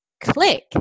click